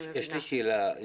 יש לי שאלה.